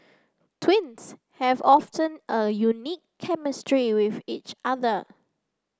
twins have often a unique chemistry with each other